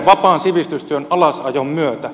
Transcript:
vapaan sivistystyön alasajon myötä